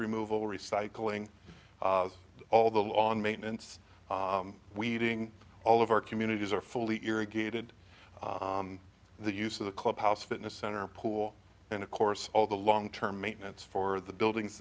removal recycling all the lawn maintenance weeding all of our communities are fully irrigated the use of the clubhouse fitness center pool and of course all the long term maintenance for the buildings